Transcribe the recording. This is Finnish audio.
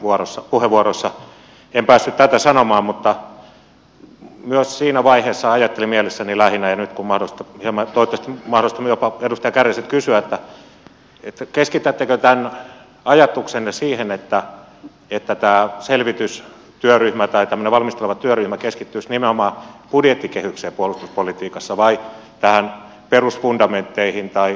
varsinaisessa puheenvuorossa en päässyt tätä sanomaan mutta myös siinä vaiheessa ajattelin mielessäni lähinnä ja nyt toivottavasti on mahdollista jopa edustaja kääriäiseltä kysyä keskitättekö tämän ajatuksenne siihen että tämä selvitystyöryhmä tai tämmöinen valmisteleva työryhmä keskittyisi puolustuspolitiikassa nimenomaan budjettikehykseen vai perusfundamentteihin tai kalustohankintoihin